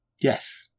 yes